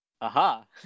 Aha